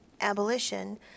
abolition